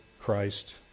Christ